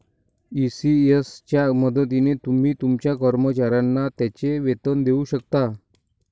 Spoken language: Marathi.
ई.सी.एस च्या मदतीने तुम्ही तुमच्या कर्मचाऱ्यांना त्यांचे वेतन देऊ शकता